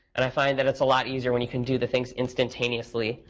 and i find that it's a lot easier when you can do the things instantaneously,